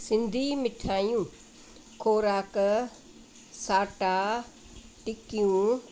सिंधी मिठाइयूं खुराक साटा टिकियूं